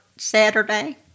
Saturday